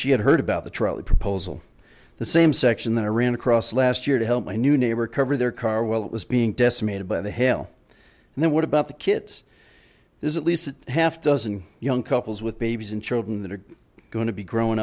she had heard about the trolley proposal the same section that i ran across last year to help my new neighbor cover their car while it was being decimated by the hail and then what about the kids there's at least a half dozen young couples with babies and children that are going to be growing